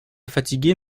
fatiguer